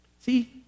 See